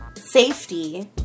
safety